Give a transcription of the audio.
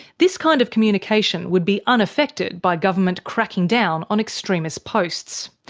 this kind of communication would be unaffected by government cracking down on extremist posts.